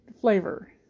flavor